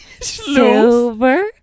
silver